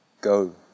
Go